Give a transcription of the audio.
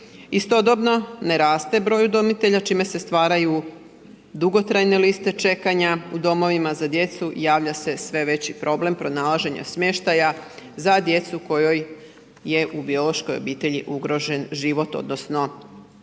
Istodobno, ne raste broj udomitelja čime se stvaraju dugotrajne liste čekanja u domovima za djecu i javlja se sve veći pronalaženja smještaja za djecu kojoj je u biološkoj obitelji ugrožen život odnosno ili